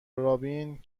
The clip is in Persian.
رابین